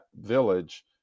village